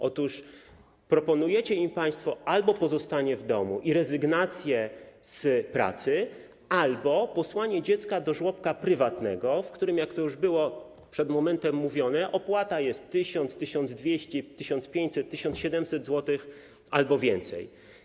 Otóż proponujecie im państwo albo pozostanie w domu i rezygnację z pracy, albo posłanie dziecka do żłobka prywatnego, w którym, jak to już było przed momentem mówione, opłata wynosi 1000 zł, 1200 zł, 1500 zł, 1700 zł albo więcej.